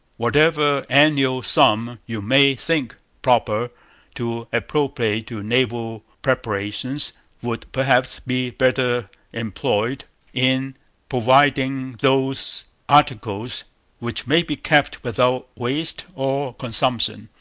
whatever annual sum you may think proper to appropriate to naval preparations would perhaps be better employed in providing those articles which may be kept without waste or consumption,